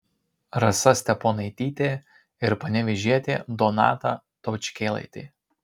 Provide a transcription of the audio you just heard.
rasa steponaitytė ir panevėžietė donata taučkėlaitė